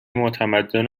متمدن